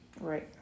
Right